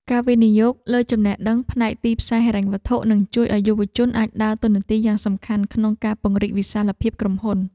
ការវិនិយោគលើចំណេះដឹងផ្នែកទីផ្សារហិរញ្ញវត្ថុនឹងជួយឱ្យយុវជនអាចដើរតួនាទីយ៉ាងសំខាន់ក្នុងការពង្រីកវិសាលភាពក្រុមហ៊ុន។